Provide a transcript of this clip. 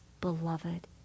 beloved